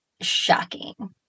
shocking